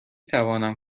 توانم